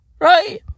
right